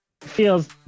feels